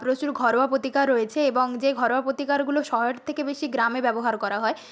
প্রচুর ঘরোয়া প্রতিকার রয়েছে এবং যে ঘরোয়া প্রতিকারগুলো শহরের থেকে বেশি গ্রামে ব্যবহার করা হয়